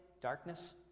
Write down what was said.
darkness